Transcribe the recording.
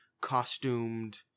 costumed